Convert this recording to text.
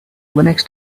linux